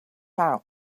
out